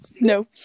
No